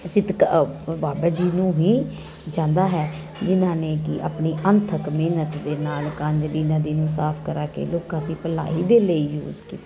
ਅਸੀਂ ਤੱਕ ਬਾਬਾ ਜੀ ਨੂੰ ਹੀ ਜਾਂਦਾ ਹੈ ਜਿਹਨਾਂ ਨੇ ਕਿ ਆਪਣੀ ਅਣਥੱਕ ਮਿਹਨਤ ਦੇ ਨਾਲ ਕੰਜਲੀ ਨਦੀ ਨੂੰ ਸਾਫ ਕਰਾ ਕੇ ਲੋਕਾਂ ਦੀ ਭਲਾਈ ਦੇ ਲਈ ਯੂਜ਼ ਕੀਤਾ